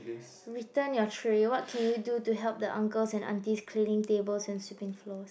return your tray what can you do to help the uncles and aunties cleaning tables and sweeping floors